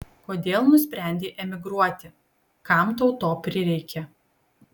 kodėl nusprendei emigruoti kam tau to prireikė